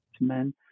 men